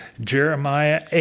Jeremiah